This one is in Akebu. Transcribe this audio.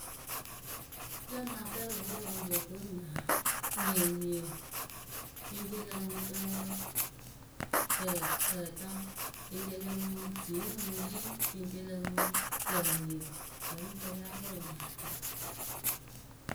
Ŋ́ lǝǝmɨ akɛrɩwʊrʊpǝ pɨ loh ko nyaa enyieniǝ ceŋceŋ lǝǝmɨ cɛŋwǝ. tǝ tǝta, ceŋceŋ lǝǝmɨ tiyimɨyi, ceŋceŋ lǝǝmɨ tǝniǝ lǝ mɨ pɨ yáa wʊrʊ enyiata.